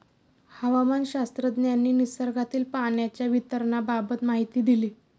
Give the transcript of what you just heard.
हवामानशास्त्रज्ञांनी निसर्गातील पाण्याच्या वितरणाबाबत माहिती दिली